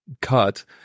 cut